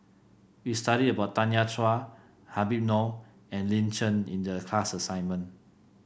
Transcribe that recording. we studied about Tanya Chua Habib Noh and Lin Chen in the class assignment